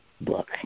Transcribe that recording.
book